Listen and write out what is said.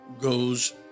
goes